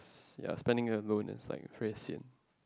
yes spending alone and like phase in